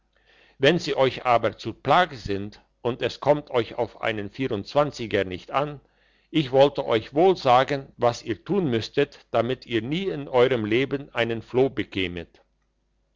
wenn sie euch aber zur plage sind und es kommt euch auf einen vierundzwanziger nicht an ich wollte euch wohl sagen was ihr tun müsstet damit ihr nie in euerm leben einen floh